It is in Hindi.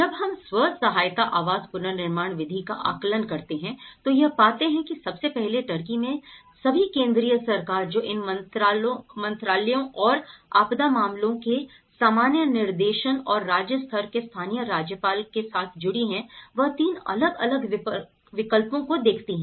जब हम स्व सहायता आवास पुनर्निर्माण विधि का आकलन करते हैं तो यह पाते हैं कि सबसे पहले टर्की में सभी केंद्रीय सरकार जो इन मंत्रालयों और आपदा मामलों के सामान्य निर्देशन और राज्य स्तर के स्थानीय राज्यपाल के साथ जुड़ी हैं वे 3 अलग अलग विकल्पों को देखती हैं